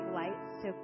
lights